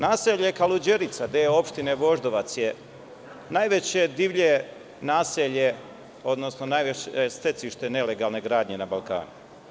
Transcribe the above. Naselje Kaluđerica, deo opštine Voždovac, je najveće divlje naselje, odnosno najveće stecište nelegalne gradnje na Balkanu.